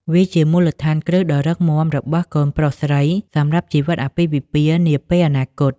វាជាមូលដ្ឋានគ្រឹះដ៏រឹងមាំរបស់កូនប្រុសស្រីសម្រាប់ជីវិតអាពាហ៍ពិពាហ៍នាពេលអនាគត។